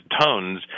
tones